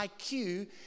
IQ